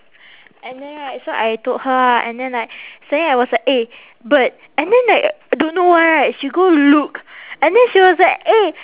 and then right so I told her ah and then like suddenly I was like eh bird and then like don't know why right she go look and then she was like eh